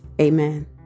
Amen